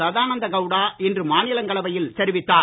சதானந்த கௌடா இன்று மாநிலங்களவையில் தெரிவித்தார்